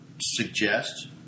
suggest